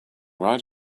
right